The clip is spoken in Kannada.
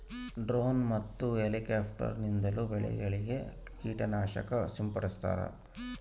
ಡ್ರೋನ್ ಮತ್ತು ಎಲಿಕ್ಯಾಪ್ಟಾರ್ ನಿಂದಲೂ ಬೆಳೆಗಳಿಗೆ ಕೀಟ ನಾಶಕ ಸಿಂಪಡಿಸ್ತಾರ